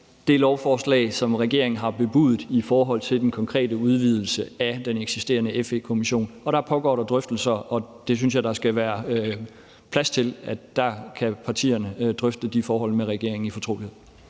det lovforslag, som regeringen har bebudet, i forhold til den konkrete udvidelse af den eksisterende FE-kommission. Der pågår der drøftelser, og jeg synes, der skal være plads til, at der kan partierne drøfte de forhold med regeringen i fortrolighed.